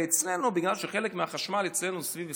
ואצלנו, בגלל שחלק מהחשמל אצלנו סביב 20%,